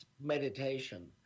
meditation